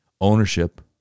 ownership